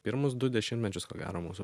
pirmus du dešimtmečius ko gero mūsų